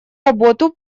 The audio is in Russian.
работу